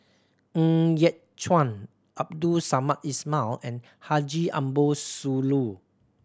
Ng Yat Chuan Abdul Samad Ismail and Haji Ambo Sooloh